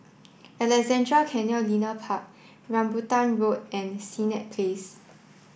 Alexandra Canal Linear Park Rambutan Road and Senett Place